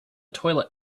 toilet